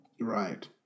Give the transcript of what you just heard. Right